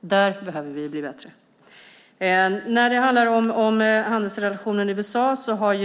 Där behöver vi bli bättre. När det handlar om handelsrelationen med USA har